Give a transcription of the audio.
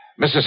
Mrs